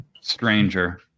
stranger